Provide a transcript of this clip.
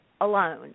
alone